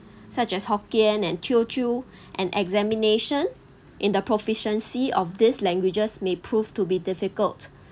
such as hokkien and teochew and examination in the proficiency of these languages may prove to be difficult